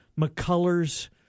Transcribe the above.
McCullers